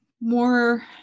more